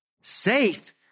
Safe